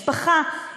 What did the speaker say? משפחה